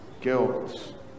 guilt